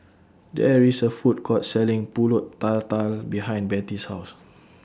There IS A Food Court Selling Pulut Tatal behind Betty's House